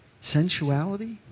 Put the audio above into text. sensuality